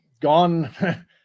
gone